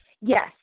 Yes